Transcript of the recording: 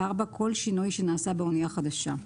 כל שינוי שנעשה באנייה חדשה.